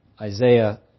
Isaiah